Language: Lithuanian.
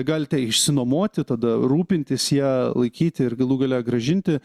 galite išsinuomoti tada rūpintis ja laikyti ir galų gale grąžinti